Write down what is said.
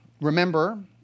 remember